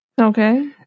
Okay